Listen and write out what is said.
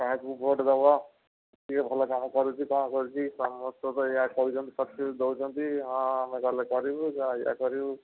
କାହାକୁ ଭୋଟ୍ ଦେବ ଟିକେ ଭଲ କାମ କରୁଛି କ'ଣ କରୁଛି ସମସ୍ତ ୟା କରୁଛନ୍ତି ଦେଉଛନ୍ତି ହଁ ଆମେ କହିଲେ କରିବୁ ଏଇଆ କରିବୁ